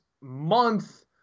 month